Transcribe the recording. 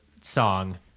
song